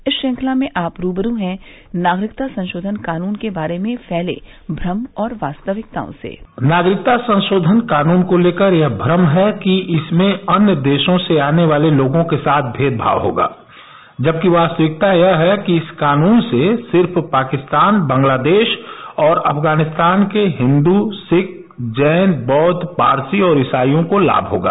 इस श्रंखला में आप रूबरू हैं नागरिकता संशोधन कानून के बारे में फैले भ्रम और वास्तविकताओं से नागरिकता संरोधन कानून को लेकर यह भ्रम है कि इसमें अन्य देशों से आने वाले लोगों के साथ भेदभाव होगा जबकि वास्तविकता यह है कि इस कानून से सिर्फ पाकिस्तान बांग्लादेश और अफगानिस्तान के हिन्दू सिख जैन बौद्ध पारसी और ईसाइयों को लाम होगा